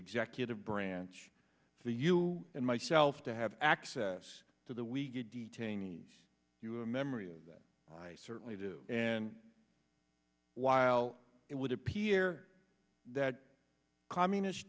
executive branch to you and myself to have access to the we get detainees you have a memory of that i certainly do and while it would appear that communist